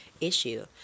issue